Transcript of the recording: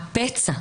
הפצע,